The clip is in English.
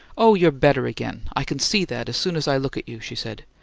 oh, you're better again! i can see that, as soon as i look at you, she said.